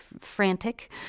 frantic